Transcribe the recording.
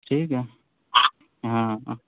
ٹھیک ہے ہاں